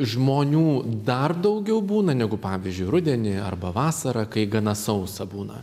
žmonių dar daugiau būna negu pavyzdžiui rudenį arba vasarą kai gana sausa būna